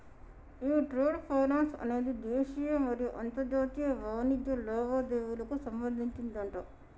ఈ trade finance అనేది దేశీయ మరియు అంతర్జాతీయ వాణిజ్య లావాదేవీలకు సంబంధించిందట